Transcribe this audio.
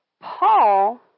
Paul